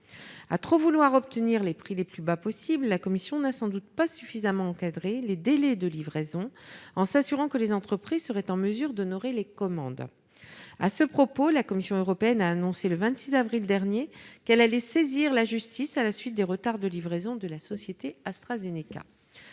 À trop vouloir obtenir les prix les plus bas possible, la Commission n'a sans doute pas suffisamment encadré les délais de livraison, en s'assurant que les entreprises seraient en mesure d'honorer les commandes. À ce propos, la Commission européenne a annoncé le 26 avril dernier qu'elle allait saisir la justice à la suite des retards de livraison de la société AstraZeneca.